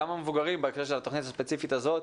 וגם המבוגרים במקרה של התוכנית הספציפית הזאת.